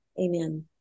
amen